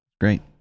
Great